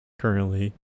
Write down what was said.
currently